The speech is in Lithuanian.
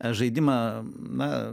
žaidimą na